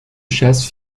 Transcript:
chasse